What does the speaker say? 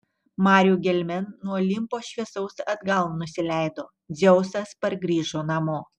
marių gelmėn nuo olimpo šviesaus atgal nusileido dzeusas pargrįžo namo